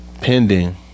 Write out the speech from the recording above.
Pending